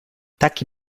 taki